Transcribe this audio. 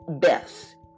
best